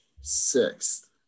sixth